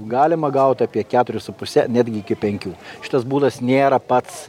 galima gauti apie keturis su puse netgi iki penkių šitas būdas nėra pats